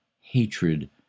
hatred